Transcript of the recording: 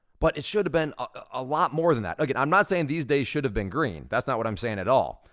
but it should have been a lot more than that. again, i'm not saying these days should have been green. that's not what i'm saying at all,